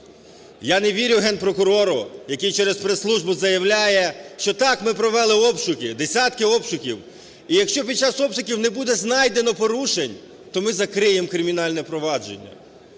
Я не вірю Генпрокурору, який через прес-службу заявляє, що так, ми провели обшуки, десятки обшуків, і якщо під час обшуків не буде знайдено порушень, то ми закриємо кримінальне провадження.